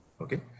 Okay